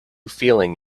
feeling